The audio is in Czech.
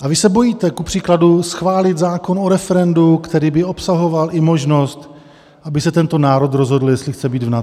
A vy se bojíte kupříkladu schválit zákon o referendu, který by obsahoval i možnost, aby se tento národ rozhodl, jestli chce být v NATO.